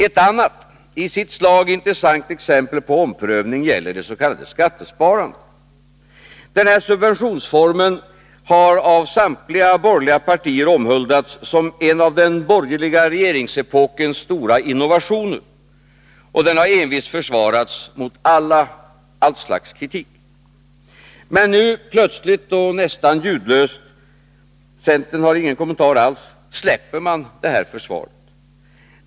Ett annat, i sitt slag intressant exempel på omprövning gäller det s.k. skattesparandet. Den här subventionsformen har av samtliga borgerliga partier omhuldats som en av den borgerliga regeringsepokens stora innovationer, och den har envist försvarats mot allt slags kritik. Men nu, plötsligt och nästan ljudlöst — centern har ingen kommentar alls — släpper man det här försvaret.